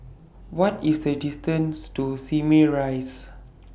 What IS The distance to Simei Rise